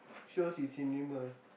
shows in cinema